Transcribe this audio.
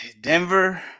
Denver